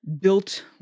built